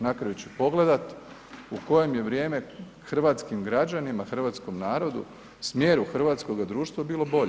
Na kraju ću pogledat u kojem je vrijeme hrvatskim građanima, hrvatskom narodu, smjeru hrvatskoga društva bilo bolje.